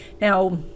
Now